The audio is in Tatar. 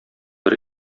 бер